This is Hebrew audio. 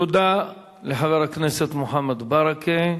תודה לחבר הכנסת מוחמד ברכה.